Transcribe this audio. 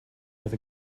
with